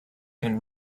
and